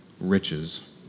riches